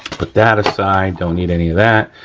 but that aside, don't need any of that.